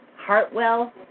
Hartwell